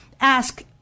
ask